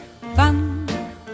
Fun